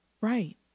Right